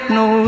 no